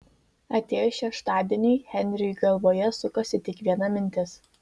atėjus šeštadieniui henriui galvoje sukosi tik viena mintis